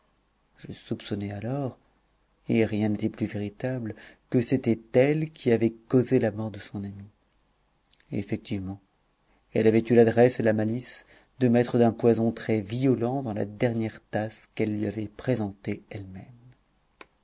je soupçonnai alors et rien n'était plus véritable que c'était elle qui avait causé la mort de son amie effectivement elle avait eu l'adresse et la malice de mettre d'un poison très violent dans la dernière tasse qu'elle lui avait présentée elle-même